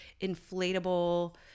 inflatable